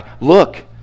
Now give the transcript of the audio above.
look